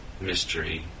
mystery